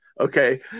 Okay